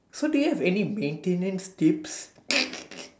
so do you have any maintenance tips